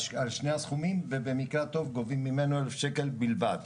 על שני הסכומים, וגובים ממנו אלף שקל בלבד.